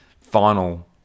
final